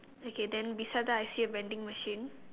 okay then beside that I see a vending machine